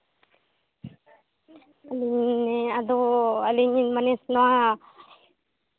ᱦᱮᱸ ᱟᱫᱚ ᱟᱹᱞᱤᱧ ᱞᱤᱧ ᱢᱟᱱᱮ ᱯᱮᱲᱟ